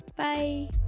Bye